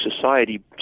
society